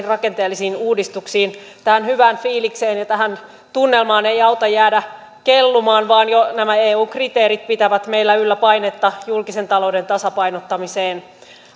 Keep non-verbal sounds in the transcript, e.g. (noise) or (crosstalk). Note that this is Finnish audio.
(unintelligible) rakenteellisiin uudistuksiin tähän hyvään fiilikseen ja tähän tunnelmaan ei auta jäädä kellumaan vaan jo nämä eu kriteerit pitävät meillä yllä painetta julkisen talouden tasapainottamiseen